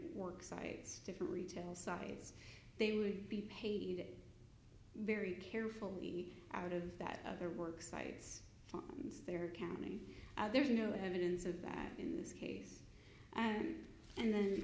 work sites different retail sides they would be paid very carefully out of that other work sites and their accounting there is no evidence of that in this case and and then